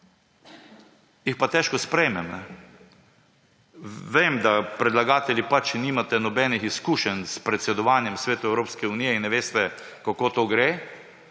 jih pa težko sprejmem. Vem, da predlagatelji nimate še nobenih izkušenj s predsedovanjem Svetu Evropske unije in ne veste, kako to gre,